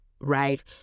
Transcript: right